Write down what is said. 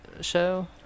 show